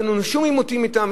אין לנו שום עימותים אתם,